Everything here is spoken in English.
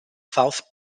south